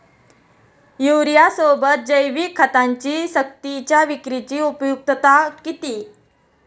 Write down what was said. युरियासोबत जैविक खतांची सक्तीच्या विक्रीची उपयुक्तता किती?